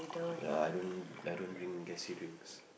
ya I don't I don't drink gassy drinks